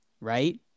Right